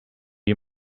you